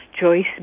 Joyce